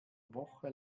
woche